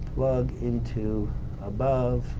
plug into above